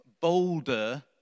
bolder